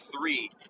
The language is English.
three